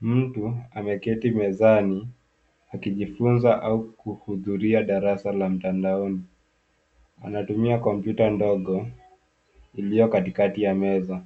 Mtu ameketi mezani akijifunza au kuhudhuria darasa la mtandaoni. Anatumia kompyuta ndogo iliyo katikakati ya meza